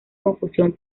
confusión